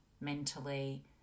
mentally